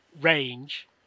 range